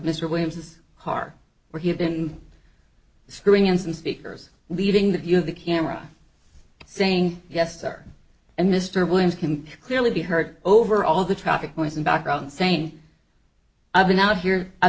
mr williams har where he had been screwing instant speakers leaving the view of the camera saying yes there and mr williams can clearly be heard over all the traffic noise and background saying i've been out here i've